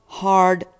hard